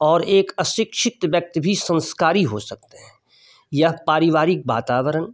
और एक अशिक्षित व्यक्ति भी संस्कारी हो सकते हैं यह पारिवारिक वातावरण